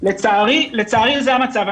לצערי זה המצב.